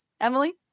Emily